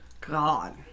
God